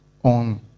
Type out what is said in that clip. on